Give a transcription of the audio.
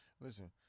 Listen